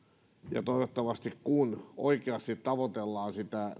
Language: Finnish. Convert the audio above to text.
ja toivottavasti kun oikeasti tavoitellaan sitä